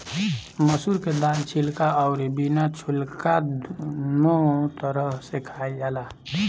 मसूर के दाल छिलका अउरी बिना छिलका दूनो तरह से खाइल जाला